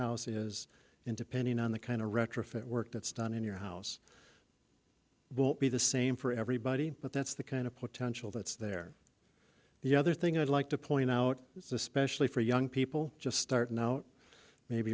house is in depending on the kind of retrofit work that's done in your house won't be the same for everybody but that's the kind of potential that's there the other thing i'd like to point out is especially for young people just starting out maybe